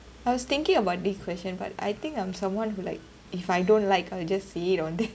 I was thinking about this question but I think I'm someone who like if I don't like I'll just say it all